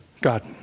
God